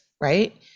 right